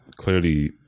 clearly